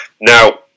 now